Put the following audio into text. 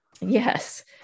Yes